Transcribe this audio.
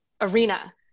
arena